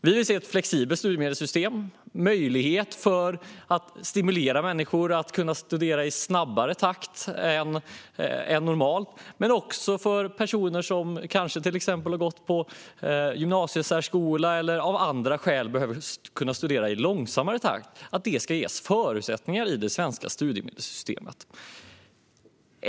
Vi vill se ett flexibelt studiemedelssystem som ger möjlighet att stimulera människor att studera i snabbare takt än normalt. Det handlar också om att personer som har gått gymnasiesärskola eller av andra skäl behöver kunna studera i långsammare takt ges förutsättningar till detta i det svenska studiemedelssystemet.